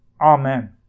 Amen